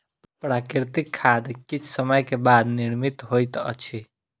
प्राकृतिक खाद किछ समय के बाद निर्मित होइत अछि